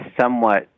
somewhat